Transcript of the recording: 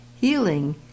healing